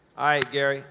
hi, gary